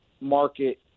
market